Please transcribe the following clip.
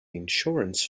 insurance